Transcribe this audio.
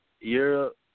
Europe